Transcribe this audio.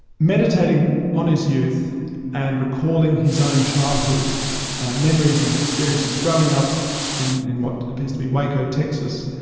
meditating on his youth and recalling his own childhood memories, his experiences, growing up in in what appears to be waco, texas.